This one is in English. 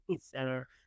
Center